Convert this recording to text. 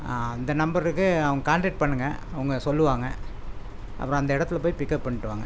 ஆ அந்த நம்பருக்கு அவன் காண்டாக்ட் பண்ணுங்க அவங்க சொல்லுவாங்க அப்புறம் அந்த இடத்துல போய் பிக்கப் பண்ணிட்டு வாங்க